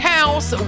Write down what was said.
House